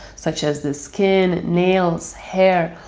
such as the skin, nails, hair,